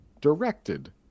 directed